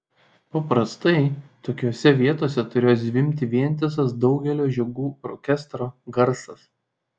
paprastai tokiose vietose turėjo zvimbti vientisas daugelio žiogų orkestro garsas